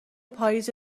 پائیز